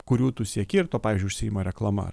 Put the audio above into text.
kurių tu sieki ir tuo pavyzdžiui užsiima reklama